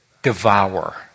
Devour